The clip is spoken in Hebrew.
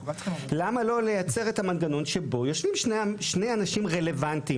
למה לא לייצר את המנגנון שבו יושבים שני אנשים רלוונטיים,